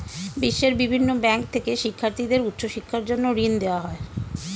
বিশ্বের বিভিন্ন ব্যাংক থেকে শিক্ষার্থীদের উচ্চ শিক্ষার জন্য ঋণ দেওয়া হয়